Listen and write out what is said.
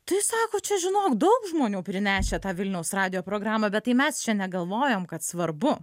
tai sako čia žinok daug žmonių prinešę tą vilniaus radijo programą bet tai mes čia negalvojom kad svarbu